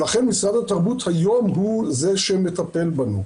לכן משרד התרבות היום הוא זה שמטפל בנו.